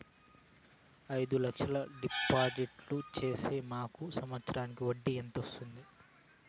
అయిదు లక్షలు డిపాజిట్లు సేస్తే మాకు సంవత్సరానికి వడ్డీ ఎంత వస్తుంది?